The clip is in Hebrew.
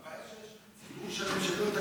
הבעיה היא שיש ציבור שלם שאין לו את הכלי.